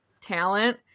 talent